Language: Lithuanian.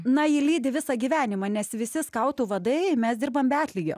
na ji lydi visą gyvenimą nes visi skautų vadai mes dirbam be atlygio